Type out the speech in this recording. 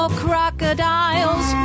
crocodiles